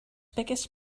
biggest